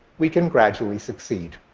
we can gradually succeed.